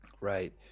Right